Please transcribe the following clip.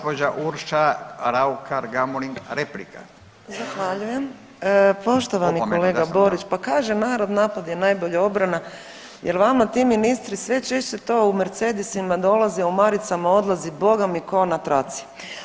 Poštovani kolega Borić pa kaže narod napad je najbolja obrana, jer vama ti ministri sve češće to u Mercedesima dolaze, u maricama odlaze boga mi kao na traci.